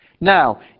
Now